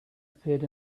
appeared